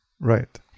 Right